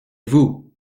vous